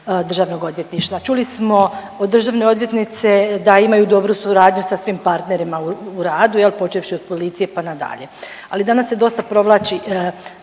državnog odvjetništva. Čuli smo od državne odvjetnice da imaju dobru suradnju sa svim partnerima u radu jel, počevši od policije, pa na dalje. Ali danas se dosta provlači